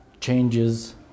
changes